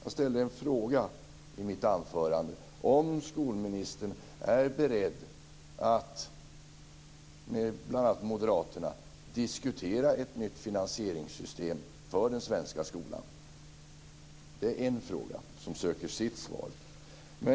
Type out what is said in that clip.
Jag ställde en fråga i mitt anförande: Är skolministern beredd att med bl.a. moderaterna diskutera ett nytt finansieringssystem för den svenska skolan? Det är en fråga, som söker sitt svar.